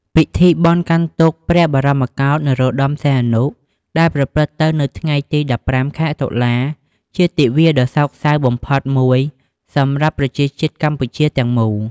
ពិធីបុណ្យកាន់ទុក្ខ ព្រះបរមរតនកោដ្ឋ នរោត្តម សីហនុ ដែលប្រព្រឹត្តទៅថ្ងៃទី ១៥ ខែ តុលា ជាទិវាដ៏សោកសៅបំផុតមួយសម្រាប់ប្រជាជាតិកម្ពុជាទាំងមូល។